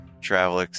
travel